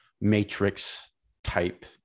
Matrix-type